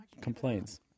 complaints